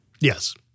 Yes